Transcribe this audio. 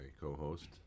co-host